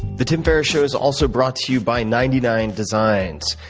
the tim ferriss show is also brought to you by ninety nine designs.